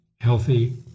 healthy